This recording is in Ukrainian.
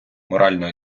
морально